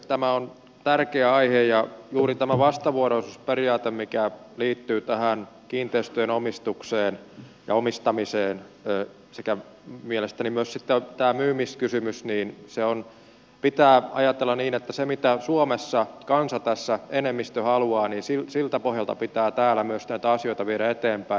tämä on tärkeä aihe ja juuri tämä vastavuoroisuusperiaate mikä liittyy tähän kiinteistöjen omistukseen ja omistamiseen sekä mielestäni myös sitten tämä myymiskysymys pitää ajatella niin että siltä pohjalta mitä suomessa kansa enemmistö tässä haluaa pitää täällä myös näitä asioita viedä eteenpäin